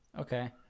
Okay